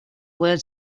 pueden